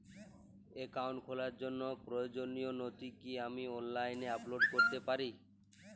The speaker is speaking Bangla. অ্যাকাউন্ট খোলার জন্য প্রয়োজনীয় নথি কি আমি অনলাইনে আপলোড করতে পারি?